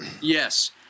Yes